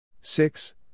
Six